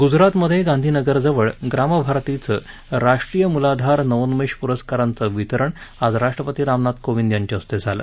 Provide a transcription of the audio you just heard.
गुजरातमधे गांधीनगरजवळ ग्रामभारतीचं राष्ट्रीय मुलाधार नवोन्मेष पुरस्कारांचं वितरण आज राष्ट्रपती रामनाथ कोविंद यांच्या हस्ते झालं